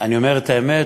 אומר את האמת,